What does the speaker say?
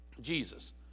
Jesus